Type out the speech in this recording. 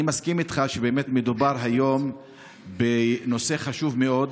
אני מסכים איתך שבאמת מדובר היום בנושא חשוב מאוד.